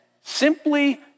simply